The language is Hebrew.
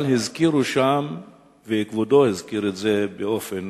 אבל הזכירו שם, וכבודו הזכיר את זה באופן